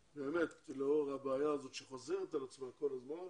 לאור הבעיה הזו שחוזרת על עצמה כל הזמן,